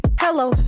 Hello